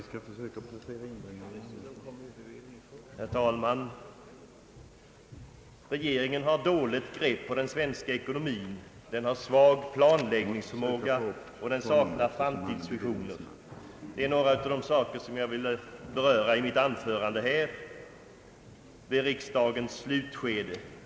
Herr talman! Regeringen har dåligt grepp på den svenska ekonomin, den har svag planläggningsförmåga och den saknar framtidsvisioner. Detta är några av de saker som jag vill beröra i mitt anförande nu i riksdagens slutskede.